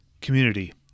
Community